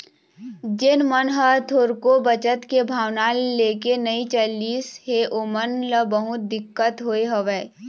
जेन मन ह थोरको बचत के भावना लेके नइ चलिस हे ओमन ल बहुत दिक्कत होय हवय